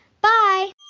Bye